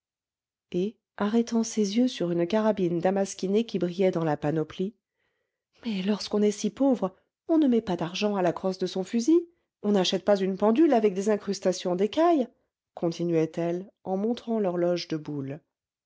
et arrêtant ses yeux sur une carabine damasquinée qui brillait dans la panoplie mais lorsqu'on est si pauvre on ne met pas d'argent à la crosse de son fusil on n'achète pas une pendule avec des incrustations d'écaille continuait elle en montrant l'horloge de boulle